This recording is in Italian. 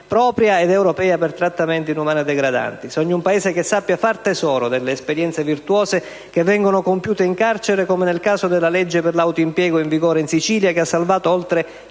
propria ed europea per trattamenti inumani e degradanti. Sogno un Paese che sappia far tesoro delle esperienze virtuose che vengono compiute in carcere, come nel caso della legge per l'autoimpiego in vigore in Sicilia, che ha salvato oltre